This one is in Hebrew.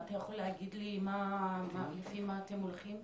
אתה יכול להגיד לי לפי מה אתם הולכים?